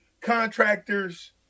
contractors